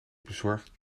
bezorgd